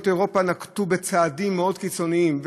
אירופה נקטו צעדים מאוד קיצוניים,